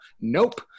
nope